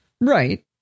Right